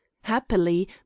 happily